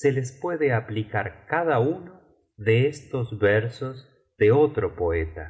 se les puede aplicar cada uno de estos versos de otro poeta